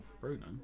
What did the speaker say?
Bruno